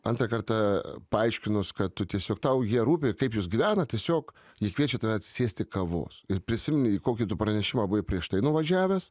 antrą kartą paaiškinus kad tu tiesiog tau jie rūpi kaip jūs gyvenat tiesiog jie kviečia tave atsisėsti kavos ir prisimeni kokį pranešimą buvai prieš tai nuvažiavęs